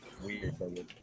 weird